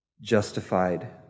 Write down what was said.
justified